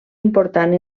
important